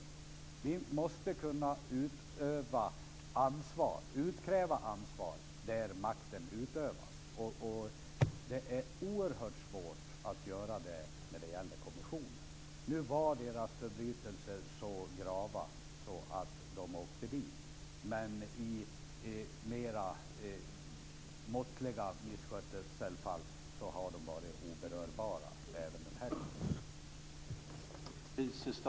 Vi måste kunna utkräva ansvar där makten utövas. Det är oerhört svårt att göra det när det gäller kommissionen. Nu var deras förbrytelser så grava att de åkte dit, men i mer måttliga fall av misskötsel har de varit oberörbara.